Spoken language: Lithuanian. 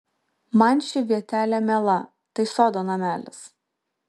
man ši vietelė miela tai sodo namelis